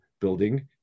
building